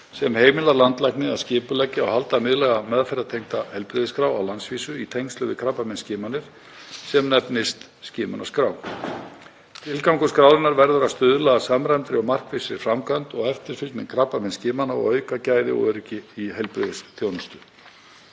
sem heimilar landlækni að skipuleggja og halda miðlæga meðferðartengda heilbrigðisskrá á landsvísu í tengslum við krabbameinsskimanir sem nefnist skimunarskrá. Tilgangur skrárinnar verði að stuðla að samræmdri og markvissri framkvæmd og eftirfylgni krabbameinsskimana og auka gæði og öryggi í heilbrigðisþjónustu.